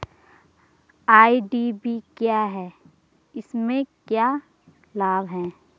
IDV क्या है इसमें क्या लाभ है?